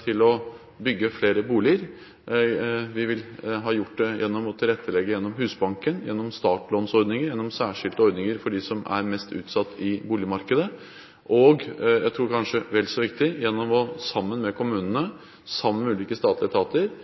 til å bygge flere boliger. Vi vil ha gjort det gjennom å tilrettelegge gjennom Husbanken, gjennom startlånsordninger, gjennom særskilte ordninger for dem som er mest utsatt i boligmarkedet, og jeg tror – kanskje vel så viktig – gjennom sammen med kommunene og sammen med ulike statlige etater